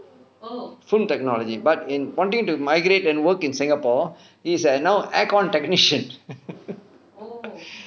phone technology but in wanting to migrate and work in singapore he is a now aircon technician